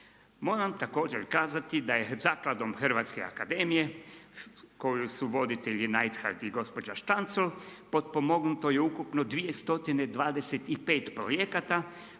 Moram također kazati da je Zakladom Hrvatske akademije koju su voditelji Neidhardt i gospođa Štancl potpomognuto je ukupno 225 projekata